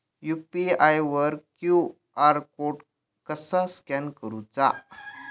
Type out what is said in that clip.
UPI वर QR code कसा scan करूचा?